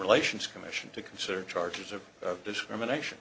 relations commission to consider charges of discrimination